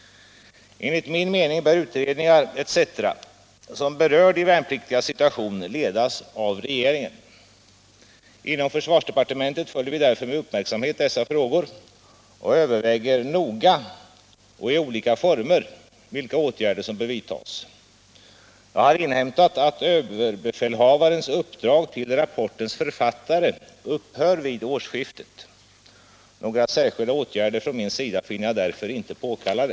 Enligt min mening bör utredningar etc. som berör de värnpliktigas situation ledas av regeringen. Inom försvarsdepartementet följer vi därför med uppmärksamhet dessa frågor och överväger noga och i olika former vilka åtgärder som bör vidtas. Jag har inhämtat att överbefälhavarens uppdrag till rapportens författare upphör vid årsskiftet. Några särskilda åtgärder från min sida finner jag därför inte påkallade.